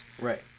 right